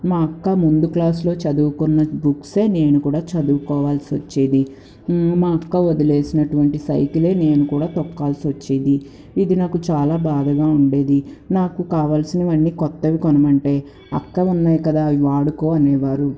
మా అక్క ముందు క్లాసులో చదువుకున్న బుక్సే నేను కూడా చదువుకోవాల్సి వచ్చేది మా అక్క వదిలేసినటువంటి సైకిలే నేను కూడా తొక్కాల్సి వచ్చేది ఇది నాకు చాలా బాధగా ఉండేది నాకు కావాల్సినవన్నీ కొత్తవి కొనమంటే అక్క ఉన్నాయి కదా అవి వాడుకో అనేవారు